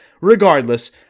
regardless